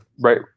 right